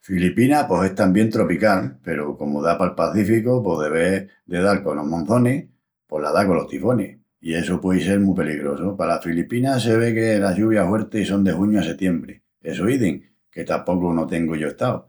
Filipinas pos es tamién tropical peru comu da pal pacíficu pos de ves de dal colos monzonis pos la da colos tifonis i essu puei sel mu peligrosu. Palas Filipinas se ve que las lluvias huertis son de juñu a setiembri, essu izin, que tapocu no tengu yo estau.